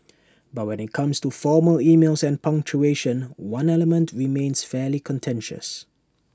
but when IT comes to formal emails and punctuation one element remains fairly contentious